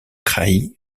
kraï